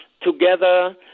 together